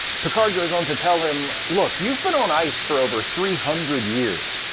picard goes on to tell him, look, you've been on ice for over three hundred years.